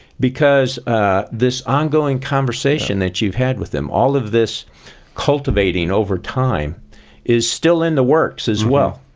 because this ongoing conversation that you've had with them, all of this cultivating over time is still in the works as well.